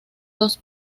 dos